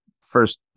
first